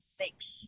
Thanks